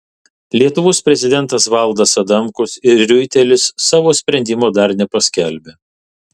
lietuvos prezidentas valdas adamkus ir riuitelis savo sprendimo dar nepaskelbė